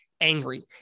angry